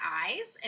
eyes